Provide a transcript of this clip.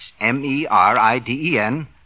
M-E-R-I-D-E-N